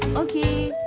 okay.